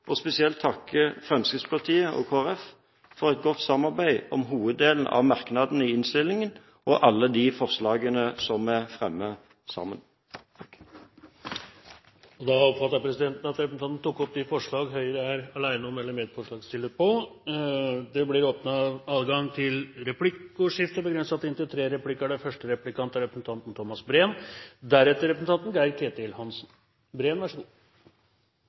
og spesielt takke Fremskrittspartiet og Kristelig Folkeparti for et godt samarbeid om hoveddelen av merknadene i innstillingen og alle de forslagene som vi fremmer sammen. Da oppfattet presidenten det slik at representanten Bent Høie tok opp de forslag Høyre er alene om eller medforslagsstiller til. Det blir gitt adgang til replikkordskifte.